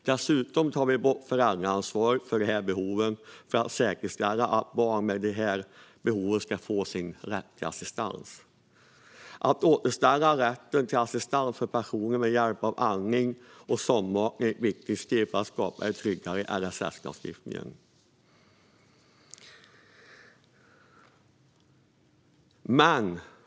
Dessutom tar vi bort föräldraansvaret från de här behoven, för att säkerställa att barn med de här behoven ska få rätt till assistans. Att återställa rätten till assistans för personer med behov av hjälp med andning och sondmatning är ett viktigt steg för att skapa en tryggare assistanslagstiftning.